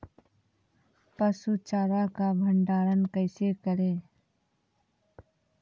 पसु चारा का भंडारण कैसे करें?